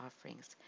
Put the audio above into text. offerings